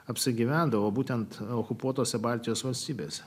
apsigyvendavo būtent okupuotose baltijos valstybės